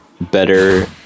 better